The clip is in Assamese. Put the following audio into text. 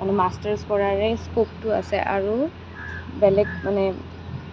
মানে মাষ্টাৰ্ছ পঢ়াৰে স্কোপটো আছে আৰু বেলেগ মানে